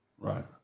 Right